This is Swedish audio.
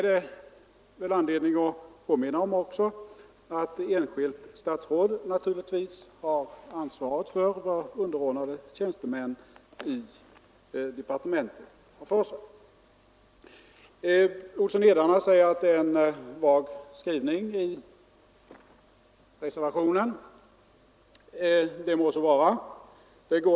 Det finns också anledning påminna om att enskilt statsråd givetvis har ansvaret för vad underordnade tjänstemän i departementet har för sig. Herr Olsson i Edane säger att det är en vag skrivning i reservationen. Det må så vara.